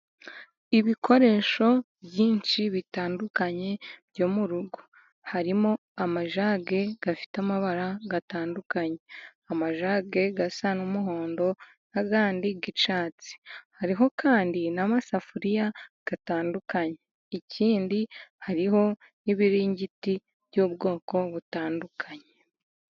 Ibikoresho byinshi bitandukanye byo mu rugo, harimo amajage afite amabara atandukanye. Amajage asa n'umuhondo n'ayandi y'icyatsi, hariho kandi n'amasafuriya atandukanye, ikindi hariho n'ibiringiti by'ubwoko butandukanye.